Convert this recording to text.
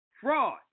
fraud